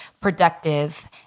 productive